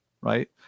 right